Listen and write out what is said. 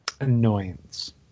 annoyance